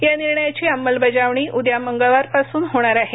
या निर्णयाची अंमलबजावणी उद्यामंगळवार पासून होणार आहे